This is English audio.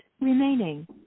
remaining